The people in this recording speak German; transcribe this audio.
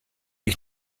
ich